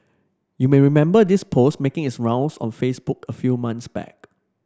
you may remember this post making its rounds on Facebook a few months back